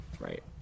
right